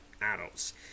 adults